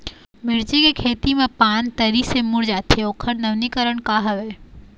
मिर्ची के खेती मा पान तरी से मुड़े जाथे ओकर नवीनीकरण का हवे?